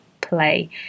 play